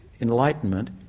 enlightenment